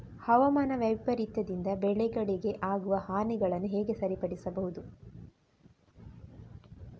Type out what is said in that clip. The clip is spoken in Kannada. ಹವಾಮಾನ ವೈಪರೀತ್ಯದಿಂದ ಬೆಳೆಗಳಿಗೆ ಆಗುವ ಹಾನಿಗಳನ್ನು ಹೇಗೆ ಸರಿಪಡಿಸಬಹುದು?